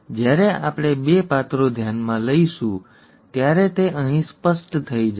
જ્યારે આપણે બે પાત્રો ધ્યાનમાં લઈશું ત્યારે તે અહીં સ્પષ્ટ થઈ જશે